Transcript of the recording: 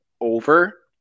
over